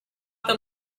them